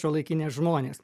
šiuolaikiniai žmonės